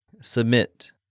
Submit